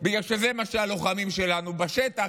בגלל שזה מה שהלוחמים שלנו בשטח,